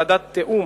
ועדת תיאום